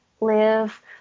live